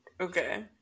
Okay